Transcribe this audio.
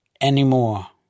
anymore